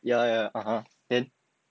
ya ya ya (uh huh) then